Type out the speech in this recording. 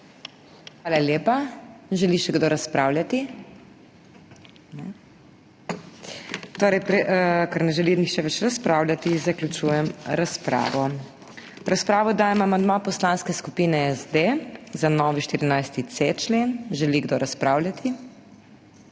Hvala lepa. Želi še kdo razpravljati? Ne. Ker ne želi nihče več razpravljati, zaključujem razpravo. V razpravo dajem amandma Poslanske skupine SD za novi 14.c člen. Želi kdo razpravljati?